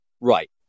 Right